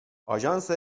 آژانس